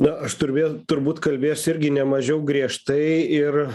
na aš turbie turbūt kalbėsiu irgi nemažiau griežtai ir